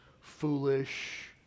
foolish